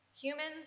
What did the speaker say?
Humans